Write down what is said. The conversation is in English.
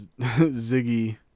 Ziggy